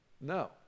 no